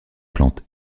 plantes